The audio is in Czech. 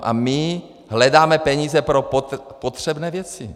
A my hledáme peníze pro potřebné věci.